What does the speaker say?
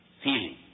feeling